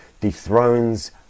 dethrones